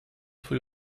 twój